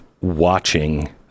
watching